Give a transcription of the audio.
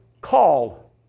call